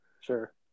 sure